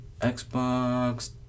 Xbox